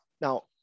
now